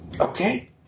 Okay